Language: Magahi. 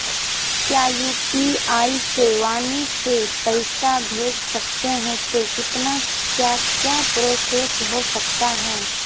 क्या यू.पी.आई से वाणी से पैसा भेज सकते हैं तो कितना क्या क्या प्रोसेस हो सकता है?